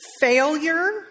Failure